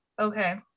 Okay